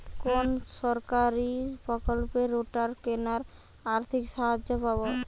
কোন সরকারী প্রকল্পে রোটার কেনার আর্থিক সাহায্য পাব?